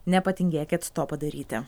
nepatingėkit to padaryti